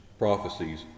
Prophecies